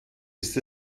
ist